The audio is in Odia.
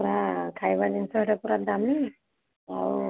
ନା ଖାଇବା ଜିନିଷ ସେଠା ପୂରା ଦାମୀ ଆଉ